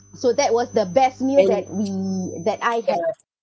so that was the best meal that we that I had